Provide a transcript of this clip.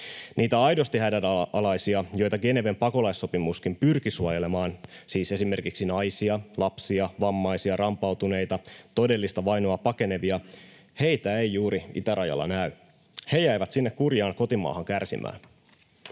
Niitä aidosti hädänalaisia, joita Geneven pakolaissopimuskin pyrki suojelemaan, siis esimerkiksi naisia, lapsia, vammaisia, rampautuneita, todellista vainoa pakenevia — heitä ei juuri itärajalla näy. He jäivät sinne kurjaan kotimaahan kärsimään.